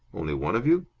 only one of you?